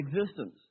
existence